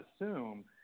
assume